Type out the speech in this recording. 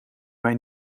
mij